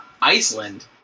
Iceland